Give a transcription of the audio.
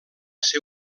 ser